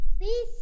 Please